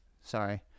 sorry